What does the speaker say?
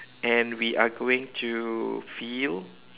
and we are going to feel